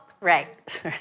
Right